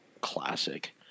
classic